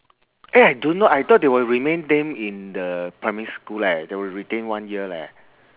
eh I don't know I thought they will remain them in the primary school leh they will retain one year leh